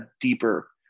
deeper